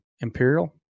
imperial